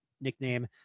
nickname